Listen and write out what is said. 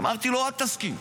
אמרתי לו: אל תסכים.